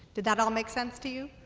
did that all make sense to you?